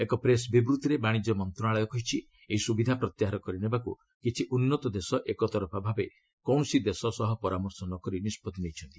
ଏକ ପ୍ରେସ୍ ବିବୃତ୍ତିରେ ବାଣିଜ୍ୟ ମନ୍ତ୍ରଣାଳୟ କହିଛି ଏହି ସୁବିଧା ପ୍ରତ୍ୟାହାର କରିନେବାକୁ କିଛି ଉନ୍ନତ ଦେଶ ଏକତରଫାଭାବେ କୌଣସି ଦେଶ ସହ ପରାମର୍ଶ ନ କରି ନିଷ୍ପଭି ନେଇଛନ୍ତି